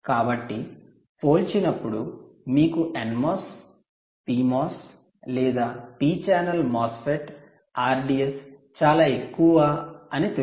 కాబట్టి పోల్చినప్పుడు మీకు nMOS PMOS లేదా p ఛానల్ MOSFET Rds చాలా ఎక్కువ అని తెలుసు